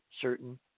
certain